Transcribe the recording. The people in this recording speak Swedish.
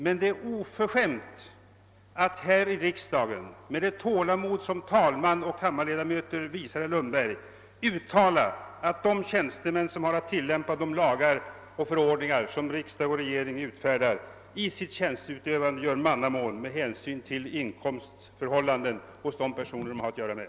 Men det är oförskämt att här i riksdagen med det tålamod som talman och kammarledamöter visar herr Lundberg uttala att de tjänstemän, som har att tillämpa de lagar och förordningar som riksdag och regering utfärdar, i sitt tjänsteutövande gör mannamån med hänsyn till inkomstförhållanden hos de personer de har att göra med.